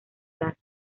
gas